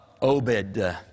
Obed